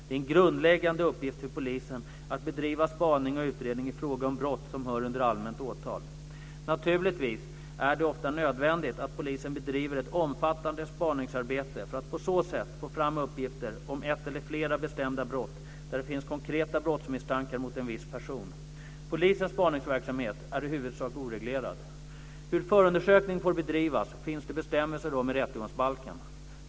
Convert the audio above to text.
Det är en grundläggande uppgift för polisen att bedriva spaning och utredning i fråga om brott som hör under allmänt åtal. Naturligtvis är det ofta nödvändigt att polisen bedriver ett omfattande spaningsarbete för att på så sätt få fram uppgifter om ett eller flera bestämda brott där det finns konkreta brottsmisstankar mot en viss person. Polisens spaningsverksamhet är i huvudsak oreglerad. Hur förundersökning får bedrivas finns det bestämmelser om i rättegångsbalken.